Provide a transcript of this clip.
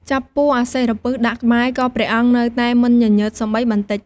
ចាប់ពស់អសិរពិសដាក់ក្បែរ ក៏ព្រះអង្គនៅតែមិនញញើតសូម្បីបន្តិច។